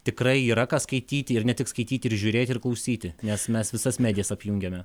tikrai yra ką skaityti ir ne tik skaityti ir žiūrėti ir klausyti nes mes visas medijas apjungiame